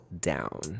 down